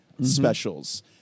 specials